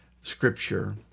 Scripture